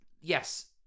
Yes